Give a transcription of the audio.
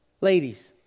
Ladies